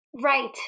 Right